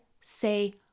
say